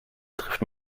trifft